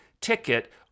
Ticket